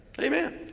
Amen